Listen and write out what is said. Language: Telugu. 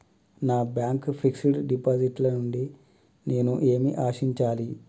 నా బ్యాంక్ ఫిక్స్ డ్ డిపాజిట్ నుండి నేను ఏమి ఆశించాలి?